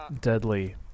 deadly